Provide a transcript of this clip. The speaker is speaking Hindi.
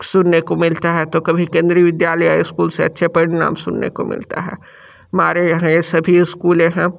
सुनने को मिलता है तो कभी केंद्रीय विद्यायल स्कूल से अच्छे परिणाम सुनने को मिलता है हमारे यहाँ यह सभी स्कूलें हैं